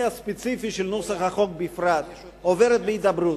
הספציפי של נוסח החוק בפרט עוברת בהידברות.